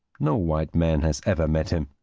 no white man has ever met him.